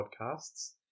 podcasts